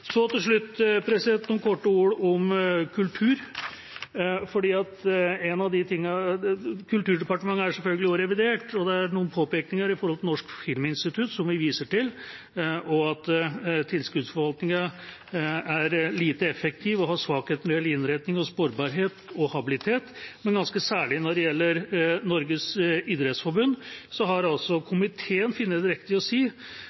om kultur. Kulturdepartementet er selvfølgelig også revidert. Det er noen påpekninger om Norsk filminstitutt som vi viser til, om at tilskuddsforvaltningen er lite effektiv og har svakheter når det gjelder innretning, sporbarhet og habilitet. Men ganske særlig når det gjelder Norges idrettsforbund, har komiteen funnet det riktig å